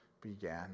began